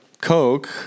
Coke